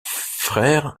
frère